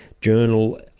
Journal